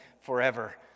forever